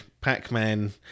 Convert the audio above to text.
Pac-Man